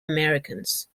americans